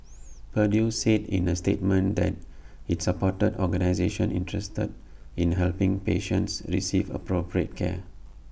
purdue said in A statement that IT supported organisations interested in helping patients receive appropriate care